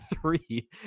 three